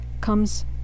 comes